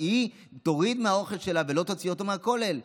היא תוריד מהאוכל שלה ולא תוציא אותו מהכולל.